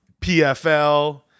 PFL